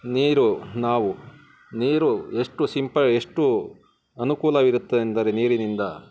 ನೀರು ನಾವು ನೀರು ಎಷ್ಟು ಸಿಂಪ ಎಷ್ಟು ಅನುಕೂಲವಿರುತ್ತೆ ಅಂದರೆ ನೀರಿನಿಂದ